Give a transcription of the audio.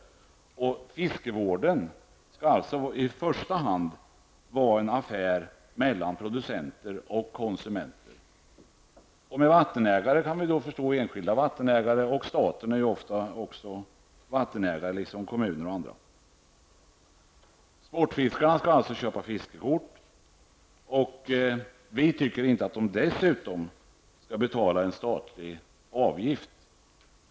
Fiskevården skall alltså i första hand vara en affär mellan producenter och konsumenter. Med vattenägare kan vi förstå en enskild vattenägare eller t.ex. staten eller en kommun, som ju också kan vara vattenägare. Sportfiskarna skall alltså köpa fiskekort. Vi tycker inte att de dessutom skall betala en statlig avgift.